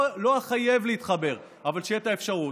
לא אחייב להתחבר, אבל שתהיה אפשרות.